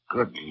Good